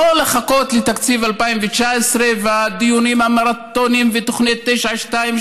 ולא לחכות לתקציב 2019 ולדיונים המרתוניים ולתוכנית 922,